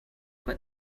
what